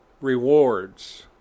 rewards